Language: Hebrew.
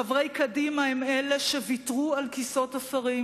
חברי קדימה הם אלה שוויתרו על כיסאות השרים